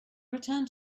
returned